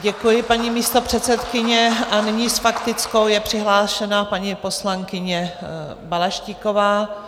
Děkuji, paní místopředsedkyně, a nyní s faktickou je přihlášena paní poslankyně Balaštíková.